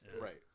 Right